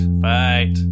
fight